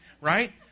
right